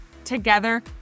Together